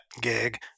gig